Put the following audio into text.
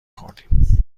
خوردیم